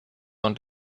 und